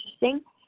interesting